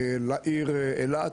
לעיר אילת,